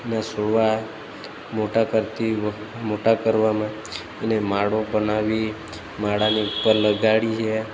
ના છોડવા મોટા કરતી વખતે મોટા કરવામાં અને માળવો બનાવી માળાની ઉપર લગાડીએ